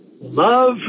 Love